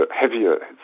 heavier